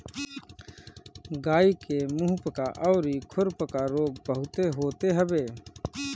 गाई के मुंहपका अउरी खुरपका रोग बहुते होते हवे